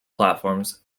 platforms